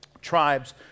tribes